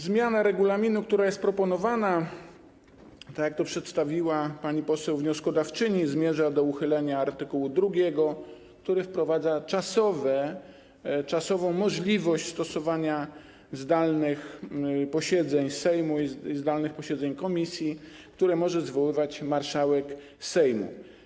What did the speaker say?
Zmiana regulaminu, która jest proponowana, tak jak to przedstawiła pani poseł wnioskodawczyni, zmierza do uchylenia art. 2, który wprowadza czasową możliwość przeprowadzania zdalnych posiedzeń Sejmu i zdalnych posiedzeń komisji, które może zwoływać marszałek Sejmu.